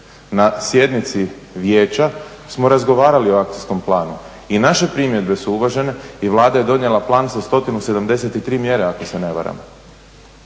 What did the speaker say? Na sjednici Vijeća smo razgovarali o akcijskom planu i naše primjedbe su uvažene i Vlada je donijela plan sa 173 mjere ako se ne varam.